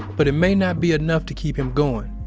but it may not be enough to keep him going.